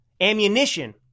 ammunition